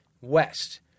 West